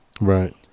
Right